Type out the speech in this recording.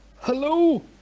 Hello